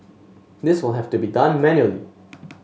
this will have to be done manually